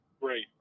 great